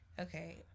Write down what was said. okay